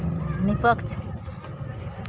निष्पक्ष